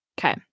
Okay